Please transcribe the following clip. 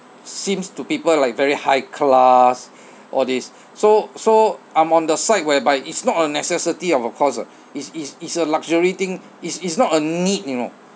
seems to people like very high class all these so so I'm on the side whereby it's not a necessity of course [what] is is is a luxury thing is is not a need you know